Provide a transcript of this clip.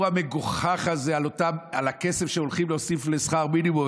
המגוחך הזה על הכסף שהולכים להוסיף לשכר מינימום.